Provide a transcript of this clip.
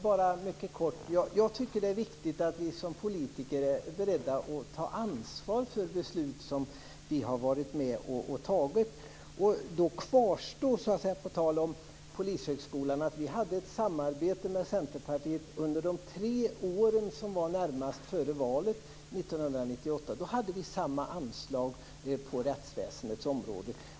Fru talman! Jag tycker att det är viktigt att vi som politiker är beredda att ta ansvar för beslut som vi har varit med om att fatta. På tal om Polishögskolan kvarstår att vi hade ett samarbete med Centerpartiet under de tre åren närmast före valet 1998. Då hade vi samma anslag på rättsväsendets område.